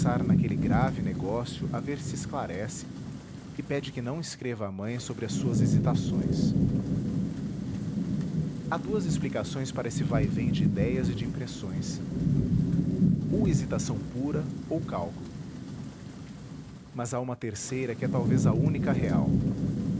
naquele grave negócio a ver se esclarece e pede que não escreva à mãe sobre as suas hesitações www nead unama br há duas explicações para esse vaivém de idéias e de impressões ou hesitação pura ou cálculo mas há uma terceira que é talvez a única real